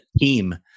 team